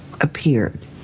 appeared